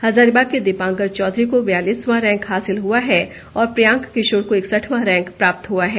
हजारीबाग के दिपांकर चौधरी को ब्यालिसवां रैंक हासिल हुआ है और प्रियांक किशोर को एकसठवां रैंक प्राप्त हुआ है